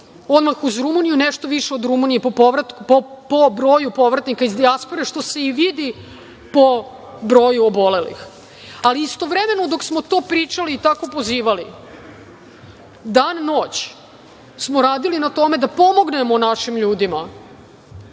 odmah uz Rumuniju, nešto više od Rumunije po broju povratnika iz dijaspore, što se i vidi po broju obolelih. Istovremeno dok smo to pričali i tako pozivali, dan i noć smo radili na tome da pomognemo našim ljudima